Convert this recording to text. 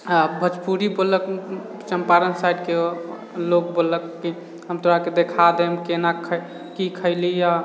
आओर भोजपुरी बोललक चम्पारण साइडके लोग बोललक हम तोराके देखा देम केना की खैली अऽ